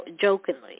Jokingly